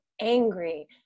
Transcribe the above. angry